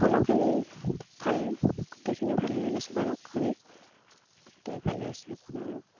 সকলোখিনি ভালেই গোটেইখিনি ভালেই লাগিছে বাৰু ঘূৰি গোটেই ইফালে আছে আপোনাৰ